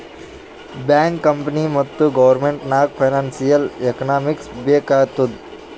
bank, company ಮತ್ತ government ನಾಗ್ financial economics ಬೇಕ್ ಆತ್ತುದ್